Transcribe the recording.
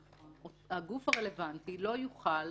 הגוף הרלוונטי לא יוכל